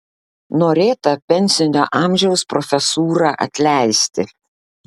norėta pensinio amžiaus profesūrą atleisti